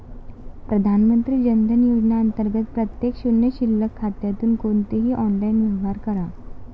प्रधानमंत्री जन धन योजना अंतर्गत प्रत्येक शून्य शिल्लक खात्यातून कोणतेही ऑनलाइन व्यवहार करा